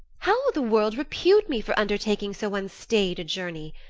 how will the world repute me for undertaking so unstaid a journey?